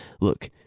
Look